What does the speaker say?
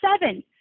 seven